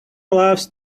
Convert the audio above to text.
loves